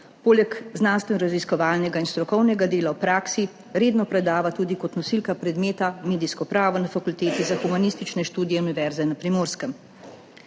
Poleg znanstvenoraziskovalnega in strokovnega dela v praksi redno predava tudi kot nosilka predmeta medijsko pravo na Fakulteti za humanistične študije Univerze na Primorskem.